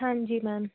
हाँ जी मैम